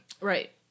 Right